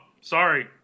Sorry